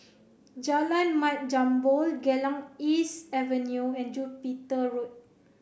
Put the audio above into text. Jalan Mat Jambol Geylang East Avenue and Jupiter Road